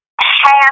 half